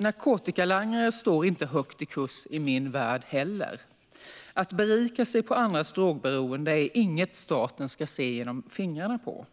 Narkotikalangare står inte högt i kurs i min värld heller. Att sko sig på andras drogberoende är inget staten ska se mellan fingrarna med.